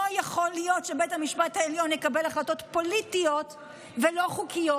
לא יכול להיות שבית המשפט העליון יקבל החלטות פוליטיות ולא חוקיות.